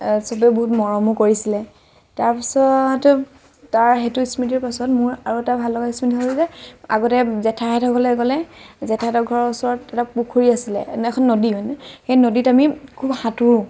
চবেই বহুত মৰমো কৰিছিলে তাৰপিছত তাৰ সেইটো স্মৃতিৰ পাছত মোৰ আৰু এটা ভাল লগা স্মৃতি হ'ল যে আগতে জেঠাইহঁতৰ ঘৰলৈ গ'লে জেঠাইহঁতৰ ঘৰৰ ওচৰত এটা পুখুৰী আছিলে এখন নদী মানে সেই নদীত আমি খুব সাঁতুৰো